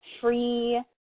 free